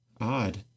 Odd